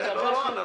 --- לא חשוב.